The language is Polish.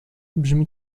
brzmi